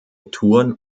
thurn